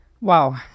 Wow